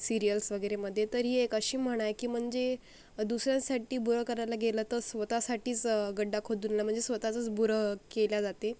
cereals वगैरेमधे तर ही अशी म्हण आहे की म्हणजे दुसऱ्यांसाठी बुरं करायला गेलं तर स्वतःसाठीच गड्डा खोदूनणं म्हणजेच स्वतःचच बुरं केल्या जाते